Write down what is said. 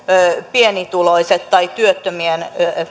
pienituloiset tai työttömien